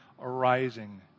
arising